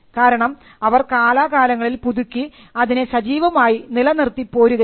കാരണം അവർ കാലാകാലങ്ങളിൽ പുതുക്കി അതിനെ സജീവമായി നിലനിർത്തിപ്പോരുകയാണ്